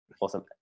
Awesome